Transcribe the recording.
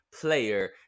player